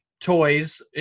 toys